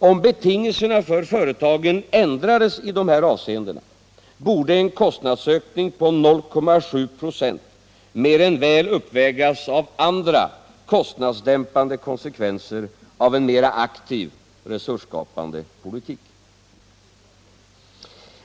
Om betingelserna för företagen ändrades i de här avseendena borde en kostnadsökning på 0,7 26 mer än väl uppvägas av Övriga kostnadsdämpande konsekvenser av en mera aktiv, resursskapande poliuk.